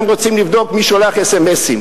הם רוצים לבדוק מי שולח אס.אם.אסים.